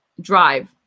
drive